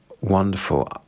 wonderful